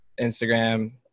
Instagram